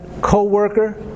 co-worker